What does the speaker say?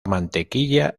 mantequilla